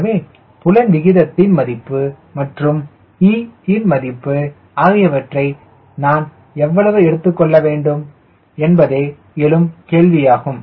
எனவே புலன் விகிதத்தின் மதிப்பு மற்றும் e இன் மதிப்பு ஆகியவற்றை நான் எவ்வளவு எடுத்துக்கொள்ள வேண்டும் என்பதே எழும் கேள்வியாகும்